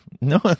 No